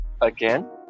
again